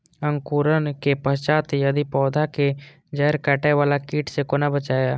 अंकुरण के पश्चात यदि पोधा के जैड़ काटे बाला कीट से कोना बचाया?